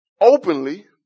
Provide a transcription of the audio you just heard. openly